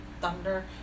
thunder